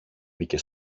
μπήκε